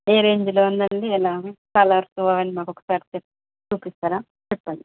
ఏ రేంజ్లో ఉందండి ఎలా కలర్సు అవి అన్ని మాకు ఒకసారి చూపిస్తారా చెప్పండి